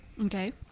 Okay